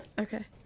Okay